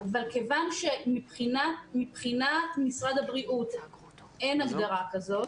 אבל כיוון שמבחינת משרד הבריאות אין הגדרה כזאת,